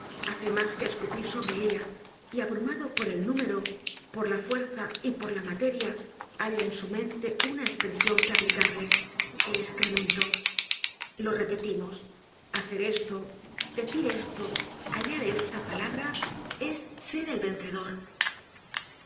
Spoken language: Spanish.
hace mas que escupir sobre ella y abrumado por el número por la fuerza y por la materia halla en su mente una espresion que aplicarle el escremento lo repetimos hacer esto decir esto hallar esta palabra es ser el vencedor